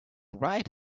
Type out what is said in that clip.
right